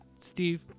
Steve